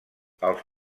els